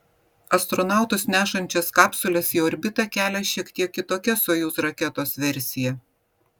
astronautus nešančias kapsules į orbitą kelia šiek tiek kitokia sojuz raketos versija